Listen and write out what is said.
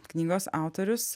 knygos autorius